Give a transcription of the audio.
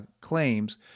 claims